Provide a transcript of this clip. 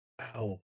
Wow